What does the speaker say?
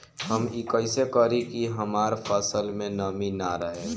हम ई कइसे करी की हमार फसल में नमी ना रहे?